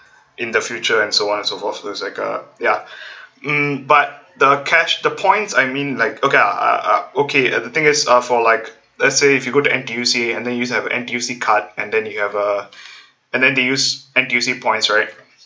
in the future and so and so forth it's like uh ya mm but the cash the points I mean like okay ah okay ah the thing is uh for like let's say if you go to N_T_U_C and then use to have a N_T_U_C card and then you have a and then they use N_T_U_C points right